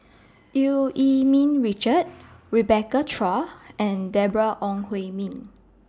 EU Yee Ming Richard Rebecca Chua and Deborah Ong Hui Min